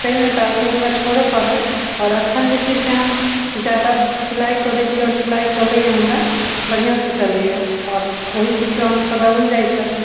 चलि नहि पायल तऽ ओ हमरा छोड़ऽ पड़ल आओर अखन जे छै से हम जादा सिलाइ करै छी आओर सिलाइ चलैया हमरा बढिऑं सऽ चलैया आओर ओहि के काम सब अबै जाइ छथि